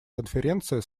конференция